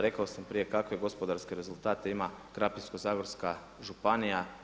Rekao sam prije kakve gospodarske rezultate ima Krapinsko-zagorska županija.